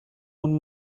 اون